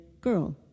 girl